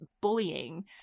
bullying